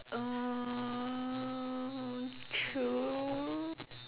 um true